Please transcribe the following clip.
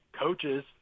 coaches